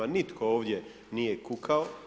Nitko ovdje nije kukao.